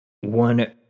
one